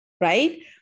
Right